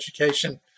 education